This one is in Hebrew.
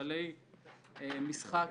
כללי משחק